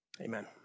Amen